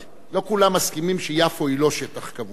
לא כולם מסכימים שיפו היא לא שטח כבוש.